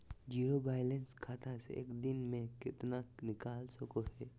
Zero balance खाता से एक दिन में कितना निकाल सको है?